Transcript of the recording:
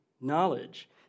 knowledge